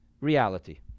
reality